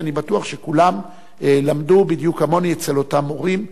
כי אני בטוח שכולם למדו בדיוק כמוני אצל אותם מורים,